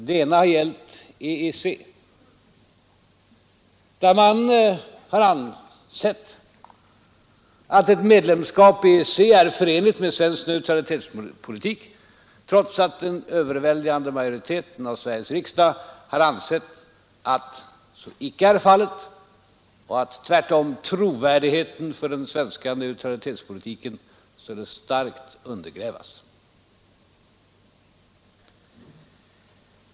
Det ena har varit EEC, där man har ansett att ett medlemskap i EEC är förenligt med svensk neutralitetspolitik, trots att den överväldigande majoriteten av Sveriges riksdag har ansett att så icke är fallet och att tvärtom trovärdigheten hos den svenska neutralitetspolitiken skulle starkt undergrävas.